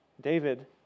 David